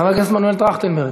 חבר הכנסת מנואל טרכטנברג,